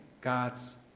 God's